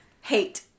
hate